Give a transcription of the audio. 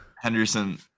Henderson